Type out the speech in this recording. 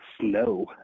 snow